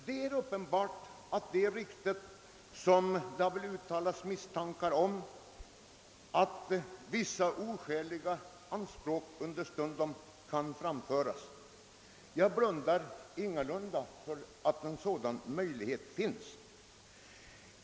Det har gått rykten och uttalats misstankar om att oskäliga ersättningsanspråk understundom har framställts, och jag blundar ingalunda för att så kan ha skett.